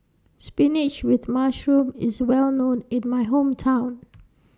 Spinach with Mushroom IS Well known in My Hometown